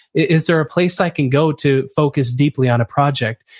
is there a place i can go to focus deeply on a project?